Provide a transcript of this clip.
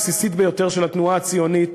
הבסיסית ביותר של התנועה הציונית,